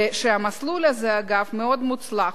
המסלול הזה, אגב, מאוד מוצלח.